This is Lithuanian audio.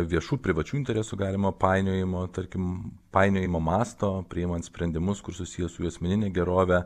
viešų privačių interesų galimo painiojimo tarkim painiojimo masto priimant sprendimus kur susiję su jų asmenine gerove